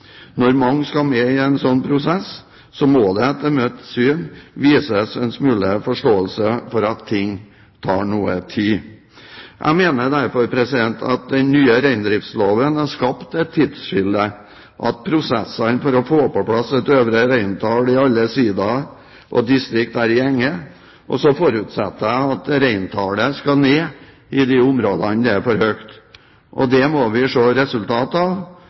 Når mange skal med i en slik prosess, så må det etter mitt syn vises en smule forståelse for at ting tar noe tid. Jeg mener derfor at den nye reindriftsloven har skapt et tidsskille, at prosessene for å få på plass et øvre reintall i alle sidaer og distrikt er i gjenge, og så forutsetter jeg at reintallet skal ned i de områdene det er for høyt. Det må vi se resultater av,